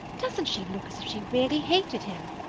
doesn't she look as if she really hated him?